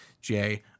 Jay